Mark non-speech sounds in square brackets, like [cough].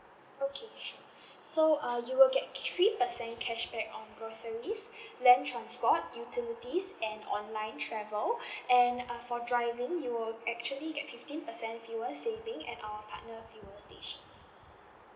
okay sure [breath] so uh you will get three percent cashback on groceries [breath] land transport utilities and online travel [breath] and uh for driving you will actually get fifteen percent fuel saving at our partner fuel stations